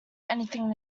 anything